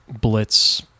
blitz